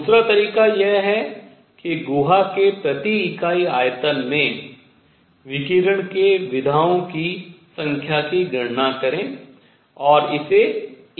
दूसरा तरीका यह है कि गुहा के प्रति इकाई आयतन में विकिरण के विधाओं की संख्या की गणना करें और इसे E से गुणा करें